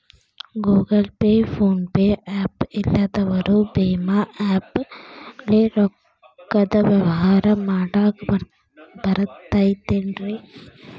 Google Pay, PhonePe app ಇಲ್ಲದವರು ಭೇಮಾ app ಲೇ ರೊಕ್ಕದ ವ್ಯವಹಾರ ಮಾಡಾಕ್ ಬರತೈತೇನ್ರೇ?